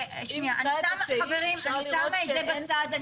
שנייה, אני שמה, חברים, אני שמה את זה בצד.